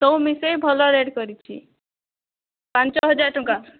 ସବୁ ମିଶାଇକି ଭଲ ରେଟ୍ କରିଛି ପାଞ୍ଚହଜାର ଟଙ୍କା